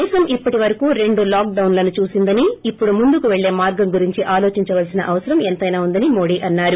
దేశం ఇప్పటివరకు రెండు లాక్డొస్ ను చూసిందని ఇప్పుడు ముందుకు పెళ్ళే మార్గం గురించి ఆలోచిందాల్సిన అవసరం ఎంత్రెనా ఉందని మోదీ అన్నారు